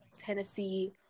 Tennessee